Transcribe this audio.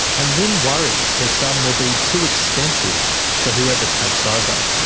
and lyn worries her son will be too expensive for whoever takes over.